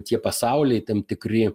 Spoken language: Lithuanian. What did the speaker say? tie pasauliai tam tikri